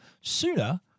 sooner